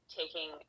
taking